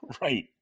Right